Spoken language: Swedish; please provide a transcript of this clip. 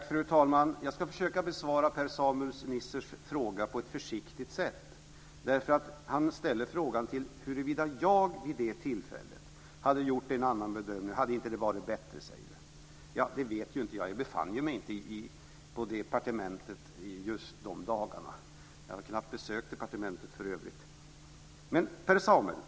Fru talman! Jag ska försöka besvara Per-Samuel Nissers fråga på ett försiktigt sätt. Han ställer frågan huruvida jag vid det tillfället hade gjort en annan bedömning. Hade det inte varit bättre? säger han. Det vet jag inte. Jag befann mig inte på departementet just de dagarna. Jag har för övrigt knappt besökt departementet. Per-Samuel!